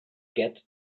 get